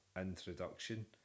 introduction